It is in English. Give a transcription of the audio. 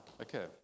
Okay